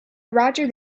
roger